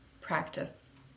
practice